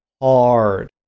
hard